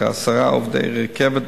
של כעשרה עובדי רכבת,